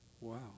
Wow